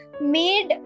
made